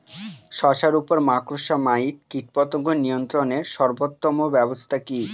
শশার উপর মাকড়সা মাইট কীটপতঙ্গ নিয়ন্ত্রণের সর্বোত্তম ব্যবস্থা কি?